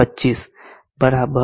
025 0